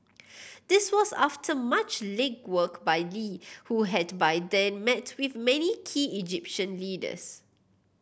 this was after much legwork by Lee who had by then met with many key Egyptian leaders